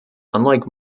unlike